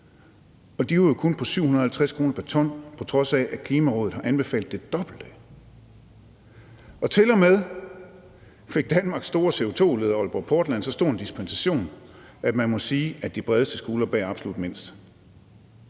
og de var jo kun på 750 kr. pr. ton, på trods af at Klimarådet har anbefalet det dobbelte. Til og med fik Danmarks store CO2-udleder Aalborg Portland så stor en dispensation, at man må sige, at de bredeste skuldre bærer absolut mindst.